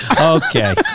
okay